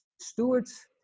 stewards